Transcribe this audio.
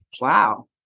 wow